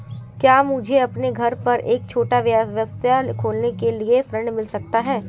क्या मुझे अपने घर पर एक छोटा व्यवसाय खोलने के लिए ऋण मिल सकता है?